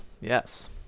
yes